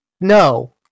No